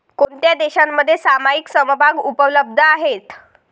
कोणत्या देशांमध्ये सामायिक समभाग उपलब्ध आहेत?